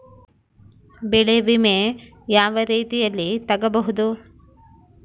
ಬೆಳೆ ವಿಮೆ ಯಾವ ರೇತಿಯಲ್ಲಿ ತಗಬಹುದು?